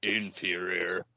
inferior